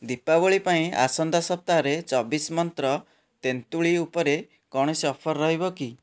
ଦୀପାବଳି ପାଇଁ ଆସନ୍ତା ସପ୍ତାହରେ ଚବିଶି ମନ୍ତ୍ର ତେନ୍ତୁଳି ଉପରେ କୌଣସି ଅଫର୍ ରହିବ କି